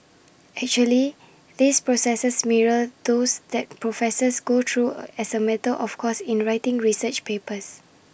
actually these processes mirror those that professors go through as A matter of course in writing research papers